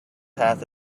path